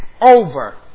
over